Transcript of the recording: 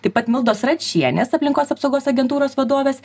taip pat mildos račienės aplinkos apsaugos agentūros vadovės